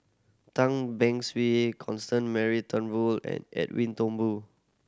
Tan Beng Swee Constance Mary Turnbull and Edwin Thumboo